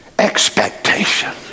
expectation